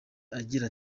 agira